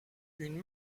une